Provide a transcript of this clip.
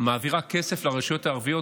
מעבירה כסף לרשויות הערביות,